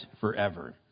forever